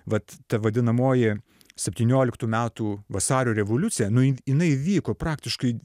vat ta vadinamoji septynioliktų metų vasario revoliucija nu ji jinai vyko praktiškai